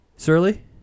Surly